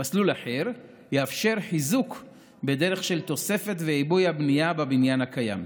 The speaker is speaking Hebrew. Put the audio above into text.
מסלול אחר יאפשר חיזוק בדרך של תוספת ועיבוי הבנייה בבניין הקיים.